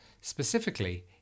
Specifically